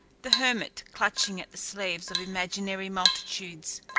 the hermit clutching at the sleeves of imaginary multitudes.